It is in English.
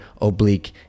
oblique